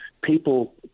people